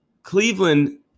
Cleveland